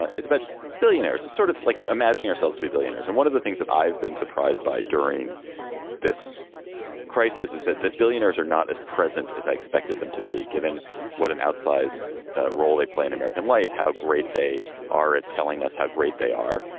ah is about billionaires it's sort of like imagining ourselves to be billionaires. and one of the things that i've been surprised by during this crisis is that the billionaires are not as present as i expected them to be, given what an outsize role they play in american life, how great they are at telling us how great they are,